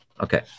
okay